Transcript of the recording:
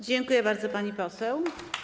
Dziękuję bardzo, pani poseł.